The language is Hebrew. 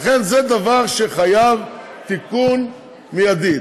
לכן זה דבר שחייב תיקון מיידי.